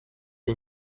den